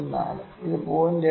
4 ഇത് 0